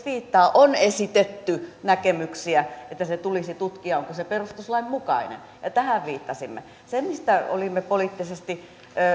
viittaa on esitetty näkemyksiä siitä että tulisi tutkia onko se perustuslain mukainen tähän viittasimme se mistä olimme poliittisesti